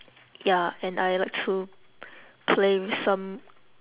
ya and I like to play with some